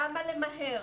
למה למהר?